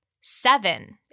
seven